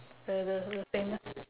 the the the famous